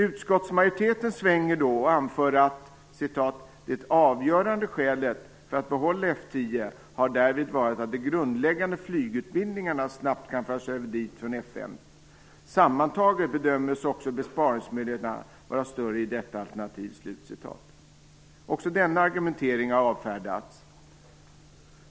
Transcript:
Utskottsmajoriteten svänger då och anför att det avgörande skälet för att behålla F 10 har varit att de grundläggande flygutbildningarna snabbt kan föras över dit från F 5. Sammantaget bedöms också besparingsmöjligheterna vara större i detta alternativ. Också denna argumentering har avfärdats.